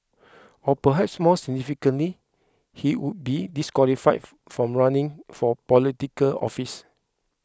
or perhaps more significantly he would be disqualified from running for Political Office